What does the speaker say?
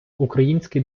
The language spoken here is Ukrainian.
український